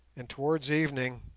and towards evening,